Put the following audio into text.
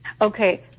Okay